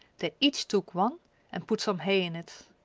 they each took one and put some hay in it.